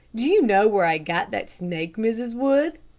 do you know where i got that snake, mrs. wood?